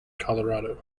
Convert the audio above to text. colorado